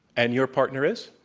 and your partner is?